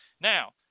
Now